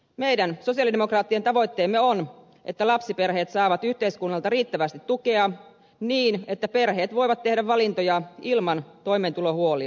meidän sosialidemokraattien tavoitteena on että lapsiperheet saavat yhteiskunnalta riittävästi tukea niin että perheet voivat tehdä valintoja ilman toimeentulohuolia